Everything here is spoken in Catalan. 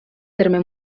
terme